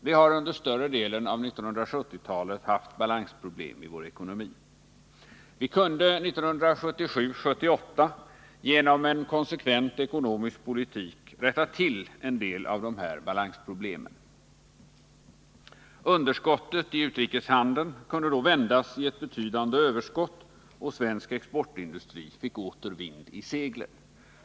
Vi har under större delen av 1970-talet haft balansproblem i vår ekonomi. Vi kunde 1977-1978 genom en konsekvent ekonomisk politik rätta till en del av de här balansproblemen. Underskottet i utrikeshandeln kunde vändas i ett betydande överskott, och svensk exportindustri fick åter vind i seglen.